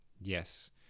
yes